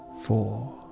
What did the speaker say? four